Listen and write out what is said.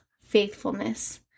faithfulness